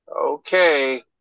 Okay